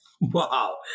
Wow